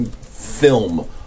film